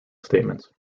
statements